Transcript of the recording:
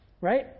Right